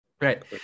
Right